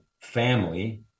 family